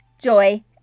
joy